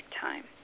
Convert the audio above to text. time